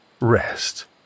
rest